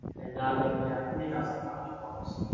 and now you only have three thousand five hundred dollars.